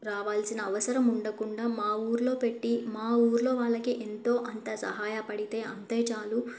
రావాల్సిన అవసరం ఉండకుండా మా ఊరిలోపెట్టి మా ఊరిలోని వాళ్ళకి ఎంతో కొంత సహాయపడితే అంతే చాలు